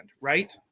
right